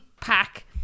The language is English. pack